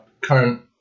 current